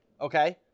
Okay